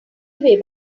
away